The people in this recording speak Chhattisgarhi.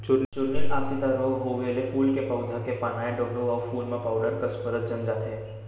चूर्निल आसिता रोग होउए ले फूल के पउधा के पानाए डोंहड़ू अउ फूल म पाउडर कस परत जम जाथे